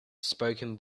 spoken